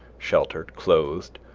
sheltered, clothed,